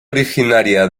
originaria